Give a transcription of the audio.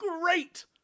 great